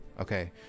okay